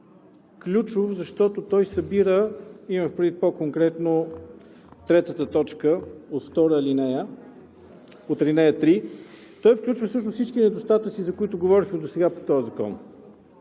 ключов, защото той събира и имам предвид по-конкретно третата точка от алинея три, той включва всички недостатъци, за които говорихме досега по този закон.